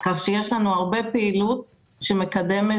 כך שיש לנו הרבה פעילות שמקדמת